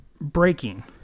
breaking